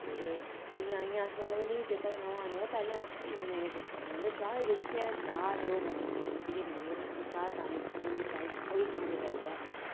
ते इयां इयां अस मतलब उ'नेंगी जेह्का बी मैह्मान होए पैह्लें उसी इयां इयां गै ट्रीट करदे मतलब चाह् जेह्की ऐ कि चाह् ते ओह् मतलब कि जरूरी गै जरूरी चाह् सारें गी पसंद होंदी ते चाह् गी कोई ना नेईं करदा ऐ